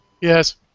Yes